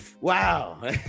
Wow